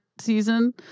season